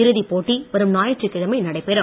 இறுதிப் போட்டி வரும் ஞாயிற்றுக்கிழமை நடைபெறும்